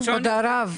כבוד הרב,